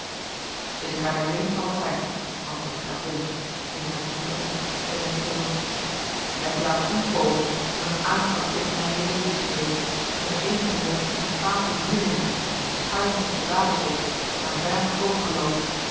sinds gij mij dwingt zal het zijn antwoordde graaf willem eer met droeven ernst dan met toorn gij hebt u laten omkoopen om een aanslag tegen mijn leven te smeden in vereeniging met een troep spaansche huurlingen en schuim van soldatenvolk dat naar den vijand was overgeloopen